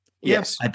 Yes